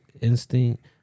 Instinct